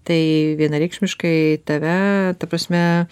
tai vienareikšmiškai tave ta prasme